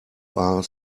are